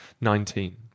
nineteen